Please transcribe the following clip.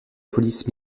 police